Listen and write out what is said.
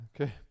Okay